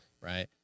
right